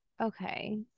Okay